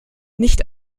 nicht